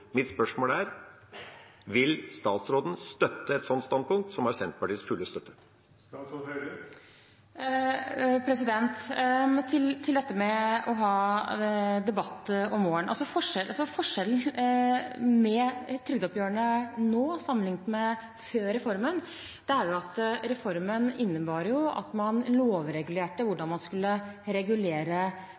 Mitt spørsmål er: Vil statsråden støtte et slikt standpunkt, som har Senterpartiets fulle støtte? Til det å ha debatt om våren: Forskjellen med å ha trygdeoppgjøret nå sammenliknet med slik det var før reformen, er at reformen innebar at man lovregulerte hvordan man skulle regulere